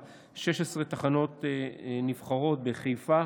סליחה 16 תחנות נבחרות: חיפה,